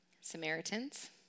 Samaritans